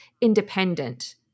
independent